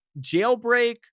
Jailbreak